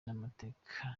n’amateka